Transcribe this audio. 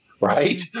right